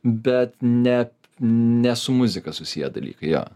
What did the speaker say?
bet nep ne su muzika susiję dalykai jo